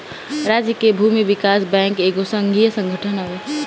राज्य के भूमि विकास बैंक एगो संघीय संगठन हवे